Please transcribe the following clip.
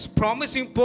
promising